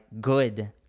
good